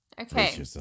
Okay